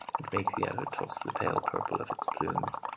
and make the other toss the pale purple of its plumes,